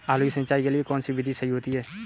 आलू की सिंचाई के लिए कौन सी विधि सही होती है?